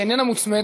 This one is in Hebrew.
שהיא איננה מוצמדת,